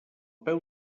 peu